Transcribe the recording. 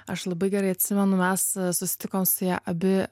aš labai gerai atsimenu mes susitikom su ja abi